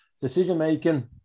decision-making